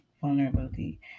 vulnerability